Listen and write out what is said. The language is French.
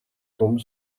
tombe